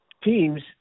teams